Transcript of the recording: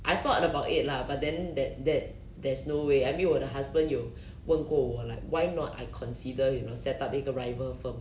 I thought about it lah but then that that there's no way ah 因为我的 husband 有问过我 like why not I consider you know set up 一个 rival firm